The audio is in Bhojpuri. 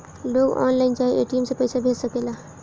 लोग ऑनलाइन चाहे ए.टी.एम से पईसा भेज सकेला